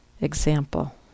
example